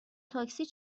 تاکسی